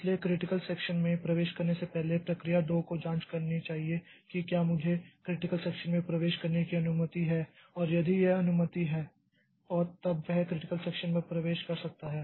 इसलिए critical section में प्रवेश करने से पहले प्रक्रिया 2 को जांच करनी चाहिए कि क्या मुझे क्रिटिकल सेक्षन में प्रवेश करने की अनुमति है और यदि यह अनुमति है और तब वह क्रिटिकल सेक्षन मे प्रवेश कर सकता हैं